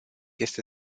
este